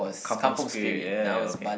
kampung spirit ya ya okay